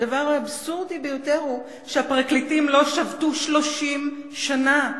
הדבר האבסורדי ביותר הוא שהפרקליטים לא שבתו 30 שנה,